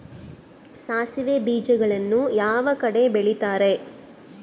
ಸಾಸಿವೆ ಬೇಜಗಳನ್ನ ಯಾವ ಕಡೆ ಬೆಳಿತಾರೆ?